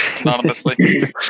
anonymously